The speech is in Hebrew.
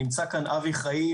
נמצא כאן אבי חיים